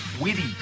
Witty